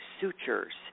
sutures